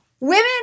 Women